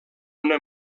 una